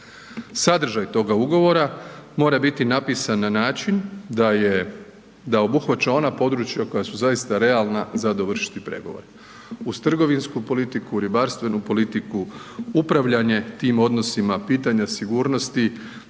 Sadržaj toga ugovora mora biti napisan na način da je, da obuhvaća ona područja koja su zaista realna za dovršiti pregovore. Uz trgovinsku politiku, ribarstvenu politiku, upravljanje tim odnosima, pitanja sigurnosti,